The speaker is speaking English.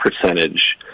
percentage